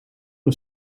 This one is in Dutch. een